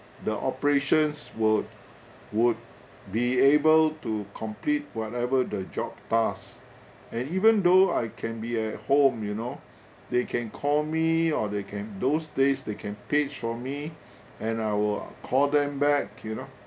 the operations would would be able to complete whatever the job task and even though I can be at home you know they can call me or they can those days they can page for me and I will call them back you know